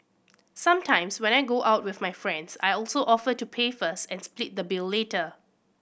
sometimes when I go out with my friends I also offer to pay first and split the bill later